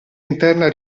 interne